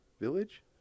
village